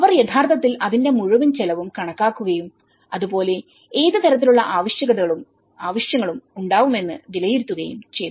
അവർ യഥാർത്ഥത്തിൽ അതിന്റെ മുഴുവൻ ചെലവും കണക്കാക്കുകയും അതുപോലെ ഏത് തരത്തിലുള്ള ആവശ്യകതകളും ആവശ്യങ്ങളും ഉണ്ടാവുമെന്ന് വിലയിരുത്തുകയും ചെയ്തു